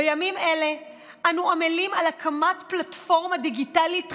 בימים אלה אנו עמלים על הקמת פלטפורמה דיגיטלית חינוכית,